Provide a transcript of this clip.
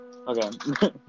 Okay